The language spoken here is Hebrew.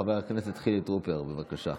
חבר הכנסת חילי טרופר, בבקשה.